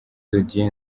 didier